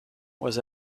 was